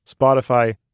Spotify